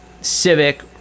civic